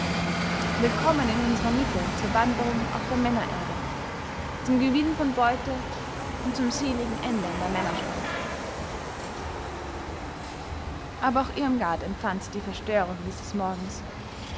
willkommen in unserer mitte zur wanderung auf der männererde zum gewinn von beute und zum seligen ende in der männerschlacht aber auch irmgard empfand die verstörung dieses morgens